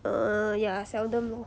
err ya seldom lor